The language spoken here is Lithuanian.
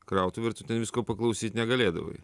krautuvę ten visko paklausyt negalėdavai